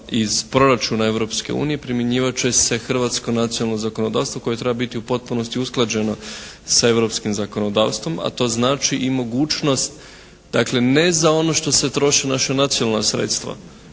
iz proračuna Europske unije primjenjivat će se hrvatsko nacionalno zakonodavstvo koje treba biti u potpunosti usklađeno sa europskim zakonodavstvom, a to znači i mogućnost dakle ne za ono što se troše naša nacionalna sredstva,